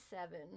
seven